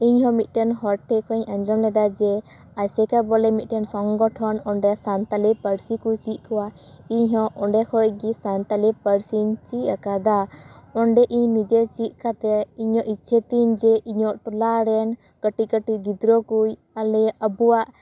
ᱤᱧ ᱦᱚᱸ ᱢᱤᱫᱴᱮᱱ ᱦᱚᱲ ᱴᱷᱮᱱ ᱠᱷᱚᱡ ᱤᱧ ᱟᱡᱚᱢ ᱞᱮᱫᱟ ᱡᱮ ᱟᱥᱮᱠᱟ ᱵᱚᱞᱮ ᱢᱤᱫᱴᱮᱱ ᱥᱚᱝᱜᱚᱴᱷᱚᱱ ᱚᱸᱰᱮ ᱥᱟᱱᱛᱟᱲᱤ ᱯᱟᱹᱨᱥᱤ ᱠᱚ ᱪᱮᱫ ᱟᱠᱚᱭᱟ ᱤᱧ ᱦᱚᱸ ᱚᱸᱰᱮ ᱠᱷᱚᱡ ᱜᱮ ᱥᱟᱱᱛᱟᱲᱤ ᱯᱟᱹᱨᱥᱤᱧ ᱪᱮᱫ ᱟᱠᱟᱫᱟ ᱚᱸᱰᱮ ᱤᱧ ᱱᱤᱡᱮ ᱪᱤᱫ ᱠᱟᱛᱮ ᱤᱧᱟᱹᱜ ᱤᱪᱪᱷᱟᱹᱛᱤᱧ ᱡᱮ ᱤᱧᱟᱹᱜ ᱴᱚᱞᱟ ᱨᱮᱱ ᱠᱟᱹᱴᱤᱡ ᱠᱟᱹᱴᱤᱡ ᱜᱤᱫᱽᱨᱟᱹ ᱠᱩᱪ ᱟᱞᱮ ᱟᱵᱚᱭᱟᱜ